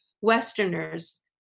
Westerners